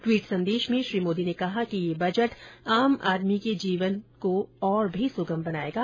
tweet संदेश में श्री मोदी ने कहा कि यह बजट आम आदमी के जीवन और भी सुगम बनायेगा